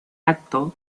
acto